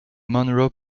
monroe